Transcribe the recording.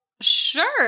Sure